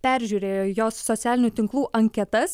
peržiūrėjo jos socialinių tinklų anketas